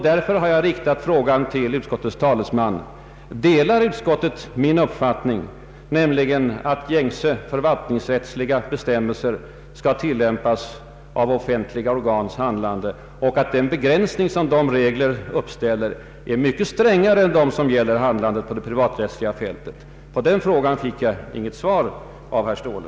Delar alltså utskottet min uppfattning, nämligen att gängse förvaltningsrättsliga bestämmelser skall tillämpas vid offentliga organs handlande och att den begränsning dessa regler uppställer är mycket strängare än den som gäller handlandet på det privaträttsliga fältet? På denna fråga har jag inte fått något svar av herr Ståhle.